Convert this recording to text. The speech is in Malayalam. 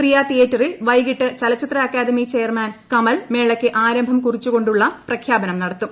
പ്രിയ തിയേറ്ററിൽ വൈകിട്ട് ചലച്ചിത്ര അക്കാദമി ചെയർമാൻ കമൽ മേളയ്ക്ക് ആരംഭം കുറിച്ചുകൊണ്ടുള്ള പ്രഖ്യാപനം നടത്തും